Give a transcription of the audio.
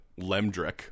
Lemdrick